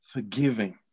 Forgiving